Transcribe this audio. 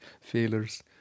failures